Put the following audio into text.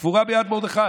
היא קבורה ביד מרדכי.